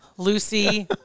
Lucy